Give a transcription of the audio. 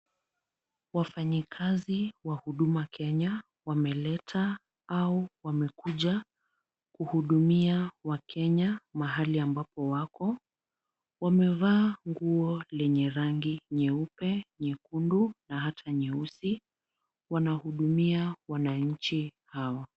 Wafanyikazi wa huduma Kenya wameleta au wamekuja kuhudumia wakenya mahali ambapo wako. Wamevaa nguo lenye rangi nyeupe, nyekundu na ata nyeusi. Wanahudumia wananchi hao.